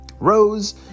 Rose